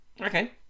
Okay